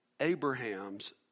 Abraham's